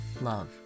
Love